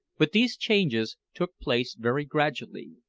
but these changes took place very gradually,